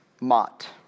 Mott